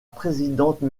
présidente